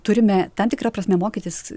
turime tam tikra prasme mokytis